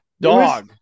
dog